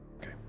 Okay